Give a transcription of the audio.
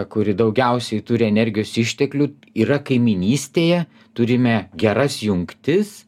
kuri daugiausiai turi energijos išteklių yra kaimynystėje turime geras jungtis